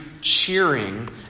cheering